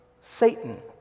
Satan